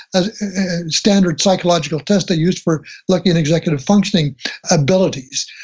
a standard psychological test they used for looking at executive functioning abilities.